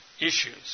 issues